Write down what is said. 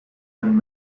hun